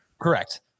Correct